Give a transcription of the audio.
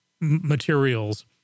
materials